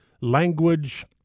language